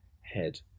head